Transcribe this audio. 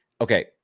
okay